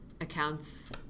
accounts